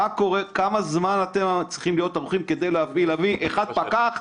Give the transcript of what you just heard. כמה זמן אתם צריכים להיות ערוכים כדי להביא פקח אחד,